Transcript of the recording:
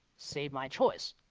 save my choice,